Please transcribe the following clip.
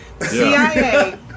CIA